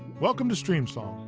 welcome to streamsong,